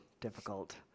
difficult